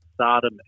Sodom